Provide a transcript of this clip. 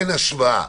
אין השוואה.